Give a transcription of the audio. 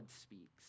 speaks